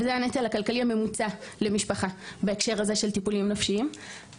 וזה הנטל הכלכלי הממוצע למשפחה בהקשר הזה של טיפולים נפשיים.